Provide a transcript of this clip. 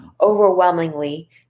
overwhelmingly